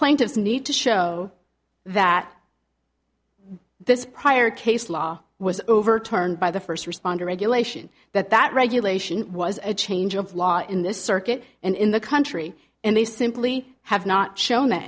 plaintiffs need to show that this prior case law was overturned by the first responder regulation that that regulation was a change of law in this circuit and in the country and they simply have not shown